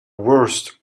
worst